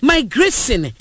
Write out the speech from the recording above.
Migration